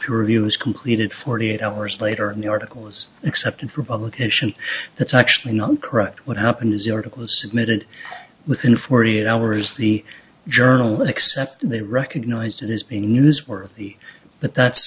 was completed forty eight hours later and the article was accepted for publication that's actually not correct what happened is the article submitted within forty eight hours the journal except they recognized it as being newsworthy but that's